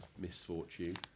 misfortune